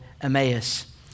Emmaus